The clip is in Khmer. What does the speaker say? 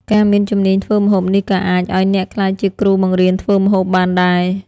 ការមានជំនាញធ្វើម្ហូបនេះក៏អាចឱ្យអ្នកក្លាយជាគ្រូបង្រៀនធ្វើម្ហូបបានដែរ។